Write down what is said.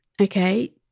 okay